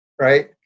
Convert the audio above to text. Right